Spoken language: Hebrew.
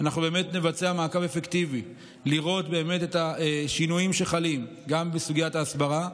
מעקב אפקטיבי לראות את השינויים שחלים גם בסוגיית ההסברה.